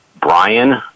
Brian